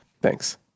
Thanks